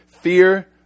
fear